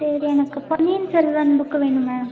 சரி எனக்கு பொன்னியின் செல்வன் புக்கு வேணும் மேம்